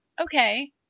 okay